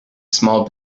small